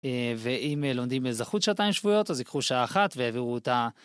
ואם לומדים אזרחות שעתיים שבועות, אז ייקחו שעה אחת ויעבירו אותה